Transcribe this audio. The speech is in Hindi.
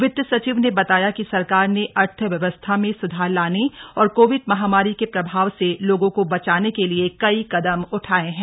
वित्त सचिव ने बताया कि सरकार ने अर्थव्यवस्था में सुधार लाने और कोविड महामारी के प्रभाव से लोगों को बचाने के लिए कई कदम उठाए हैं